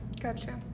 Gotcha